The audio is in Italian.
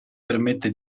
permette